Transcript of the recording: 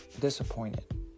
disappointed